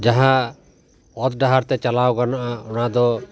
ᱡᱟᱦᱟᱸ ᱚᱛ ᱰᱟᱦᱟᱨ ᱛᱮ ᱪᱟᱞᱟᱣ ᱜᱟᱱᱚᱜᱼᱟ ᱚᱱᱟ ᱫᱚ